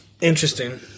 Interesting